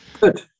Good